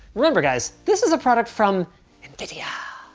remember guys, this is a product from nvidia.